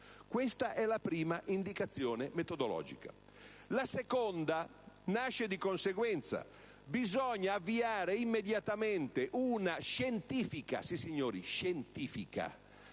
Questa è la prima indicazione metodologica. La seconda nasce di conseguenza: bisogna avviare immediatamente una scientifica - sissignori: scientifica